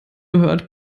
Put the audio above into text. hört